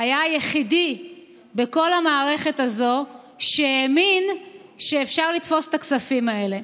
היה היחיד בכל המערכת הזו שהאמין שאפשר לתפוס את הכספים האלה.